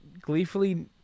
gleefully